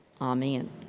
Amen